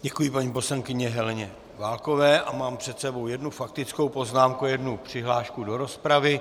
Děkuji paní poslankyni Heleně Válkové a mám před sebou jednu faktickou poznámku a jednu přihlášku do rozpravy.